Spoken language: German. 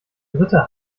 dritte